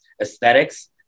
aesthetics